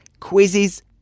quizzes